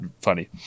funny